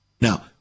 Now